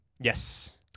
Yes